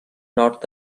nord